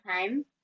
time